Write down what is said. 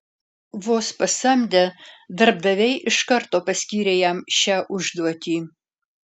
vos pasamdę darbdaviai iš karto paskyrė jam šią užduotį